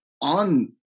on